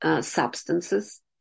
substances